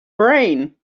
brain